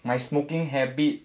my smoking habit